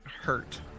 hurt